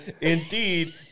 Indeed